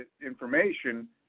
information